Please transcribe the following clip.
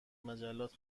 مجلات